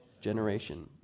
generation